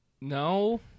no